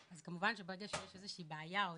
אז כמובן שברגע שיש איזו שהיא בעיה או,